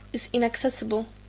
is inaccessible.